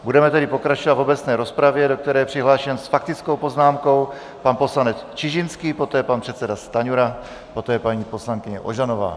Budeme tedy pokračovat v obecné rozpravě, do které je přihlášen s faktickou poznámkou pan poslanec Čižinský, poté pan předseda Stanjura, poté paní poslankyně Ožanová.